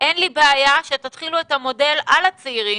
לי בעיה שתתחילו את המודל על הצעירים,